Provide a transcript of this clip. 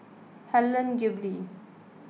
Helen Gilbey